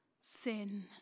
sin